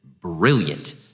brilliant